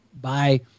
Bye